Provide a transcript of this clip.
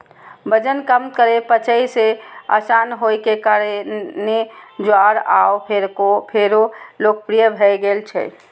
वजन कम करै, पचय मे आसान होइ के कारणें ज्वार आब फेरो लोकप्रिय भए गेल छै